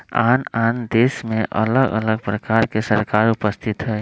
आन आन देशमें अलग अलग प्रकार के सरकार उपस्थित हइ